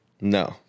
no